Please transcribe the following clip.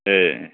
ꯑꯦ ꯑꯦ